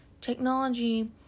technology